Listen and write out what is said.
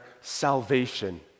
salvation